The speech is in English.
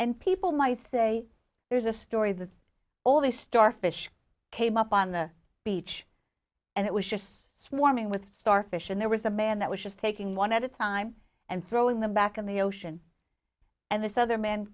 and people might say there's a story that all these starfish came up on the beach and it was just warming with starfish and there was a man that was just taking one at a time and throwing them back in the ocean and this other m